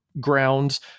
grounds